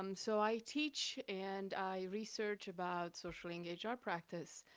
um so i teach and i research about socially engaged art practice,